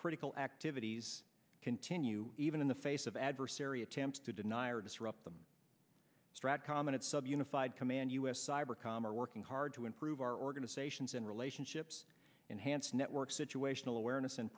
critical activities continue even in the face of adversary attempts to deny or disrupt the strad comet sub unified command u s cyber comm are working hard to improve our organizations and relationships enhanced network situational awareness